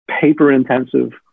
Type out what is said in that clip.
paper-intensive